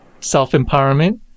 self-empowerment